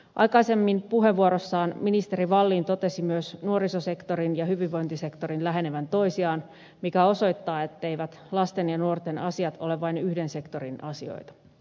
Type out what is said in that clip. aikaisemmin puheenvuorossaan ministeri wallin totesi myös nuorisosektorin ja hyvinvointisektorin lähenevän toisiaan mikä osoittaa etteivät lasten ja nuorten asiat ole vain yhden sektorin asioita